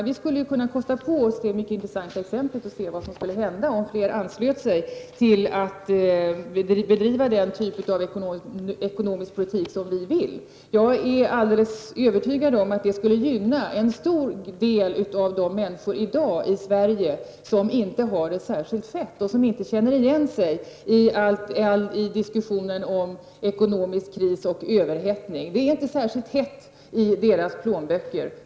Vi skulle kunna kosta på oss det mycket intressanta exemplet att se vad som skulle hända om fler anslöt sig till den typ av ekonomisk politik som vi vill föra. Jag är alldeles övertygad om att det skulle gynna en stor del av de människor i dag i Sverige som inte har det särskilt fett och som inte känner igen sig i diskussionen om ekonomisk kris och överhettning. Det är faktiskt inte särskilt hett i deras plånböcker.